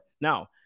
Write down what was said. Now